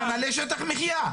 אין הבחנה לשטח מחיה.